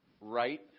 right